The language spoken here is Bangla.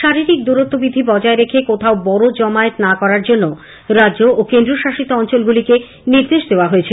শারীরিক দূরত্ব বিধি বজায় রেখে কোথাও বড় জমায়েত না করার জন্য রাজ্য ও কেন্দ্রশাসিত অঞ্চলগুলিকে নির্দেশ দেওয়া হয়েছে